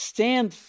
Stand